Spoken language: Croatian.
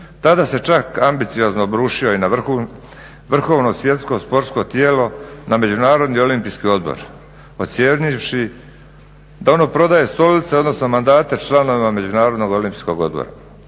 Tada se čak ambiciozno brusio i na vrhovno svjetsko sportsko tijelo na međunarodni olimpijski odbor ocjenjujući da ono prodaje stolice odnosno mandate članova Međunarodnog olimpijskog odbora.